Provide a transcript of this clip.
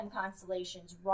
constellations